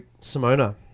Simona